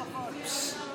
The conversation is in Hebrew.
אתם עושים דווקא,